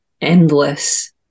endless